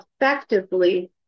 effectively